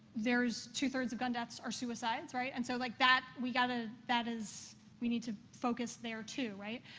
there's two three of gun deaths are suicides, right? and so, like, that you got to that is we need to focus there, too, right?